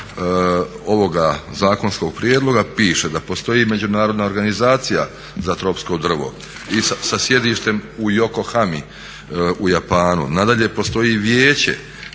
ovoga zakonskog prijedloga piše da postoji Međunarodna organizacija za tropsko drvo sa sjedištem u Yokohami u Japanu. Nadalje, postoji vijeće